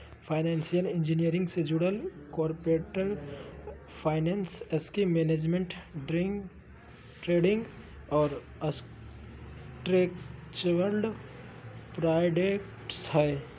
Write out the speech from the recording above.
financial engineering से जुडल corporate finance, risk management, trading और स्ट्रक्चर्ड प्रॉडक्ट्स हय